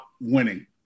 winning